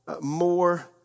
more